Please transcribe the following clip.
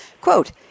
Quote